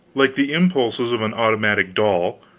like the impulses of an automatic doll,